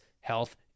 health